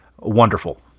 wonderful